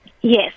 Yes